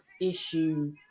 issue